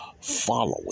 following